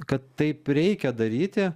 kad taip reikia daryti